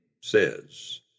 says